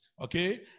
okay